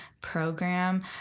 program